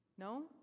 no